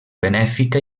benèfica